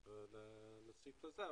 לסעיף הזה.